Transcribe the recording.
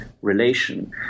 Relation